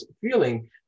feeling